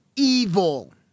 evil